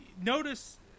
notice